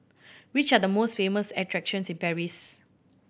which are the famous attractions in Paris